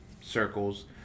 circles